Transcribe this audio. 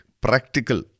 practical